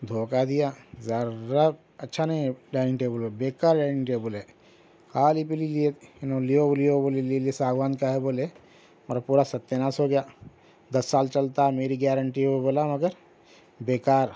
دھوکا دیا ذرا اچھا نہیں ہے ڈائیننگ ٹیبل بےکار ہے بولے کھالی پیلی لیے انھوں نے لیو لیو ساگوان کا ہے بولے اور پورا ستیہ ناس ہو گیا دس سال چلتا میری گارنٹی ہے وہ بولا مگر بےکار